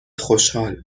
خوشحال